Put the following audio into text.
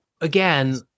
again